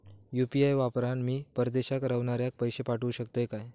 UPI वापरान मी परदेशाक रव्हनाऱ्याक पैशे पाठवु शकतय काय?